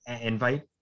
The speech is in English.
invite